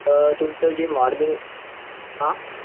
तुमचं जे मॉर्निंग आं